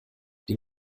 den